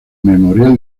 memorial